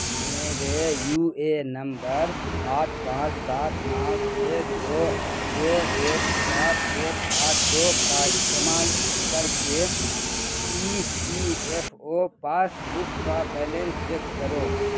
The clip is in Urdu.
میرے یو اے نمبر آٹھ پانچ سات نو چھ دو دو ایک سات ایک آٹھ دو کا استعمال کر کے E P F O passbook کا بیلنس چیک کرو